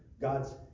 God's